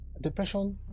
depression